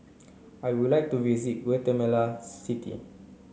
I would like to visit Guatemala City